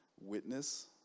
witness